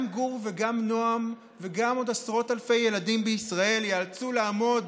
גם גור וגם נועם וגם עוד עשרות אלפי ילדים בישראל יאלצו לעמוד